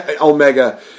Omega